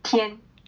天